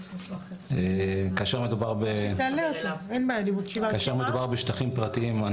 כאשר מדובר בשטחים פרטיים,